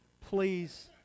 Please